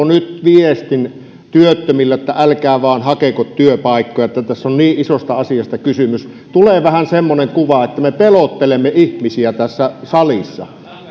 nyt viestin työttömille että älkää vain hakeko työpaikkoja tässä on niin isosta asiasta kysymys tulee vähän semmoinen kuva että me pelottelemme ihmisiä tässä salissa